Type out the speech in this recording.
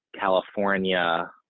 California